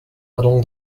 along